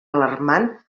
alarmant